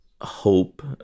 hope